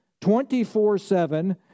24-7